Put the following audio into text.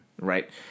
right